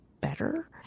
better